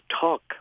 talk